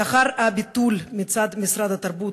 לאחר הביטול מצד משרד התרבות,